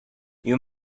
you